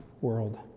world